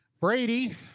Brady